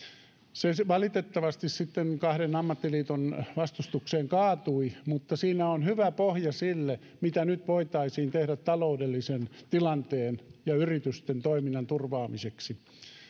se valitettavasti sitten kahden ammattiliiton vastustukseen kaatui mutta siinä on hyvä pohja sille mitä nyt voitaisiin tehdä taloudellisen tilanteen ja yritysten toiminnan turvaamiseksi